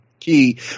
key